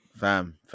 fam